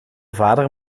vader